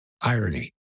irony